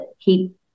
keep